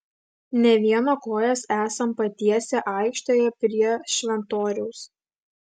ne vieno kojas esam patiesę aikštėje prie šventoriaus